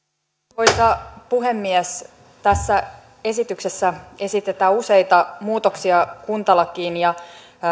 arvoisa puhemies tässä esityksessä esitetään useita muutoksia kuntalakiin ja